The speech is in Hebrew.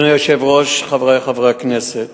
אדוני היושב-ראש, חברי חברי הכנסת,